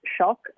shock